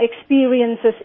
experiences